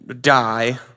die